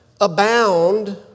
abound